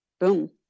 boom